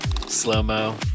Slow-mo